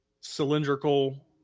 cylindrical